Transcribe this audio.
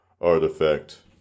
artifact